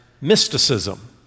mysticism